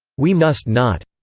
we must not.